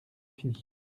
fini